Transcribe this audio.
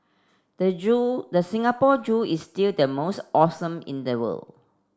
the zoo the Singapore Zoo is still the most awesome in the world